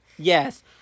yes